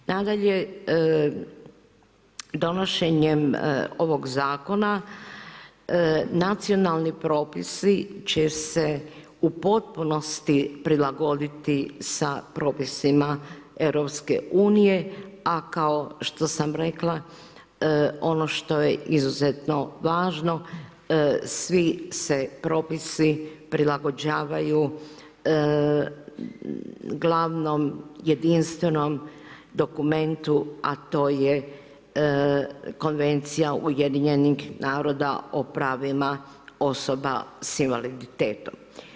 Nadalje, donošenjem ovog zakona nacionalni propisi će se u potpunosti prilagoditi sa propisima EU a kao što sam rekla ono što je izuzetno važno svi se propisi prilagođavaju glavnom, jedinstvenom dokumentu a to je Konvencija UN-a o pravima osoba sa invaliditetom.